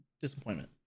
disappointment